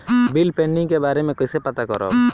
Bill pending के बारे में कईसे पता करब?